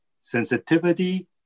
sensitivity